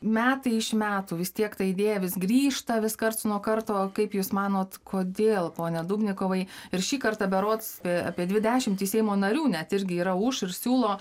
metai iš metų vis tiek ta idėja vis grįžta vis karts nuo karto kaip jūs manot kodėl pone dubnikovai ir šį kartą berods apie dvi dešimtys seimo narių net irgi yra už ir siūlo